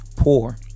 poor